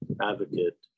advocate